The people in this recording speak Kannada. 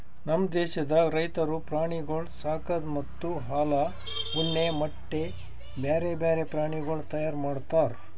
ನಮ್ ದೇಶದಾಗ್ ರೈತುರು ಪ್ರಾಣಿಗೊಳ್ ಸಾಕದ್ ಮತ್ತ ಹಾಲ, ಉಣ್ಣೆ, ಮೊಟ್ಟೆ, ಬ್ಯಾರೆ ಬ್ಯಾರೆ ಪ್ರಾಣಿಗೊಳ್ ತೈಯಾರ್ ಮಾಡ್ತಾರ್